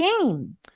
game